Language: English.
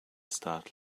start